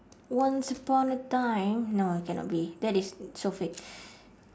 once upon a time no cannot be that is so fake